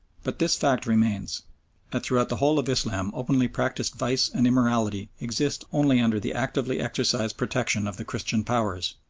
but this fact remains that throughout the whole of islam openly practised vice and immorality exist only under the actively exercised protection of the christian powers.